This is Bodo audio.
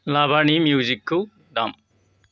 लाभानि म्युजिकखौ दाम